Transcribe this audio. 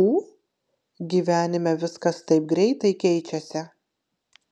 ū gyvenime viskas taip greitai keičiasi